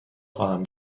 خواهم